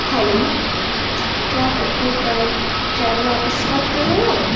hello کیا Pappu travel office سے بات کر رہے ہو